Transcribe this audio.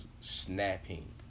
snapping